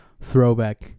throwback